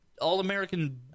all-American